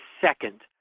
second